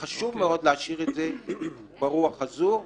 וחשוב מאוד להשאיר את זה ברוח הזאת.